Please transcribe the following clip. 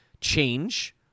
change